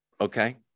Okay